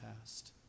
past